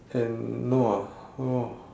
and no ah no